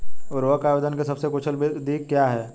उर्वरक आवेदन की सबसे कुशल विधि क्या है?